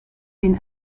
den